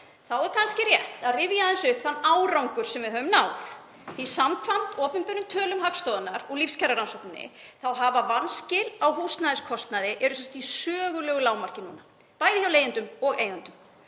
Þá er kannski rétt að rifja aðeins upp þann árangur sem við höfum náð því að samkvæmt opinberum tölum Hagstofunnar, úr lífskjararannsókninni, eru vanskil á húsnæðiskostnaði í sögulegu lágmarki núna, bæði hjá leigjendum og eigendum.